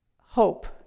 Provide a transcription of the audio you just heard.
hope